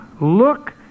look